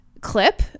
clip